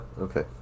Okay